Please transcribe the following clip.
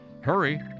Hurry